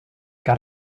got